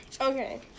Okay